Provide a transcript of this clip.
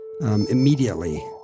immediately